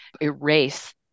erase